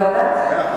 בוודאי.